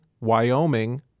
Wyoming